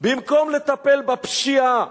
במקום לטפל בפשיעה,